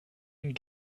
ihnen